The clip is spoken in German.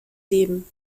leben